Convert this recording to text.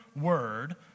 word